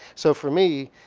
so for me,